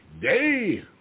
day